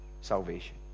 salvation